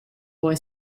boy